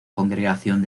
congregación